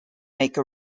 make